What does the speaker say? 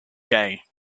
gay